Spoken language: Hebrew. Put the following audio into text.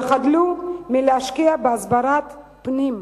שחדלו מלהשקיע בהסברת פְנים.